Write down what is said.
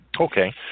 Okay